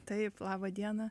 taip laba diena